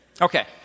Okay